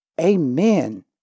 Amen